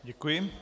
Děkuji.